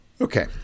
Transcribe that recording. Okay